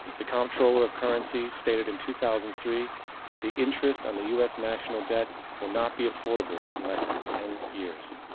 the controller of currencies stated in two thousand and three that the interest on the us national debt will not be affordable in less than ten years.